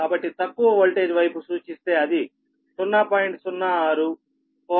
కాబట్టి తక్కువ వోల్టేజ్ వైపు సూచిస్తే అది 0